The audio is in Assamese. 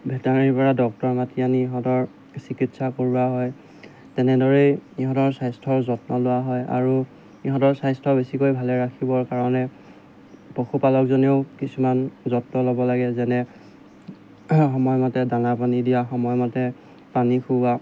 ভেটেৰিনেৰীৰ পৰা ডক্টৰ মাতি আনি ইহঁতৰ চিকিৎসা কৰোৱা হয় তেনেদৰেই ইহঁতৰ স্বাস্থ্যৰ যত্ন লোৱা হয় আৰু ইহঁতৰ স্বাস্থ্য বেছিকৈ ভালে ৰাখিবৰ কাৰণে পশুপালকজনেও কিছুমান যত্ন ল'ব লাগে যেনে সময়মতে দানা পানী দিয়া সময়মতে পানী খুওৱা